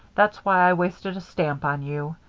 that's why i wasted a stamp on you.